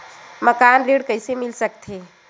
मकान ऋण कइसे मिल सकथे?